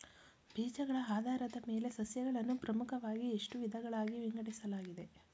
ಬೀಜಗಳ ಆಧಾರದ ಮೇಲೆ ಸಸ್ಯಗಳನ್ನು ಪ್ರಮುಖವಾಗಿ ಎಷ್ಟು ವಿಧಗಳಾಗಿ ವಿಂಗಡಿಸಲಾಗಿದೆ?